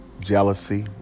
jealousy